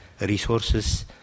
resources